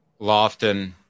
Lofton